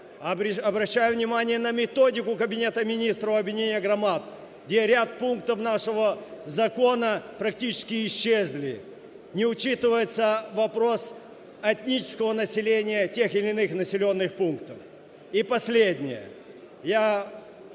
обращая внимание на методику Кабинета Министров объединение громад, где ряд пунктов нашего закона практически исчезли. Не учитывается вопрос этнического населения тех или иных населенных пунктов. И последнее,